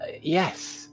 yes